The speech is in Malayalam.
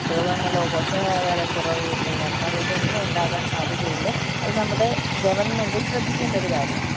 രോഗങ്ങളോ പോഷകാഹാര കുറവുകൊണ്ടോ മരണമോ ഇതൊന്നും ഉണ്ടാകാൻ സാധ്യതയില്ല അത് നമ്മുടെ ഗവൺമെന്റ് ശ്രദ്ധിക്കേണ്ട ഒരു കാര്യമാണ്